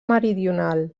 meridional